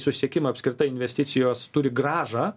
susisiekimą apskritai investicijos turi grąžą